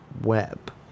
Web